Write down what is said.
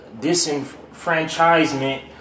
disenfranchisement